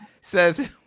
Says